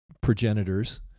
progenitors